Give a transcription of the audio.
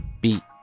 beat